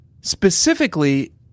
Specifically